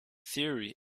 theory